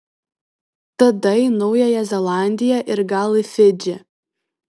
tada į naująją zelandiją ir gal į fidžį